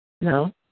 No